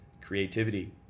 creativity